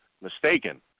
mistaken